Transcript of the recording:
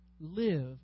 live